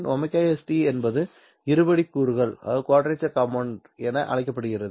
sin ωs t என்பது இருபடி கூறுகள் என அழைக்கப்படுகிறது